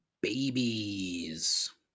babies